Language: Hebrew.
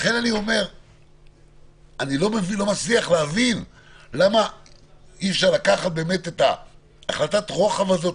אני לא מצליח להבין למה אי אפשר לקחת את החלטת הרוחב הזה,